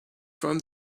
from